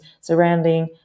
surrounding